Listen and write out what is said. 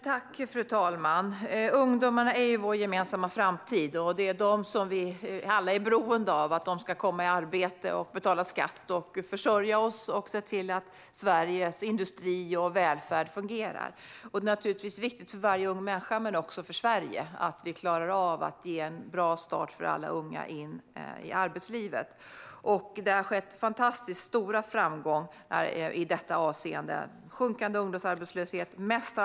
Fru talman! Ungdomarna är vår gemensamma framtid. Vi är alla beroende av att de ska komma i arbete så att de kan betala skatt, försörja oss och se till att Sveriges industri och välfärd fungerar. Det är viktigt för varje ung människa, men också för Sverige, att vi klarar av att ge alla unga en bra start i arbetslivet. Det har skett fantastiskt stora framgångar i detta avseende. Det gäller bland annat sjunkande ungdomsarbetslöshet.